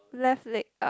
left leg up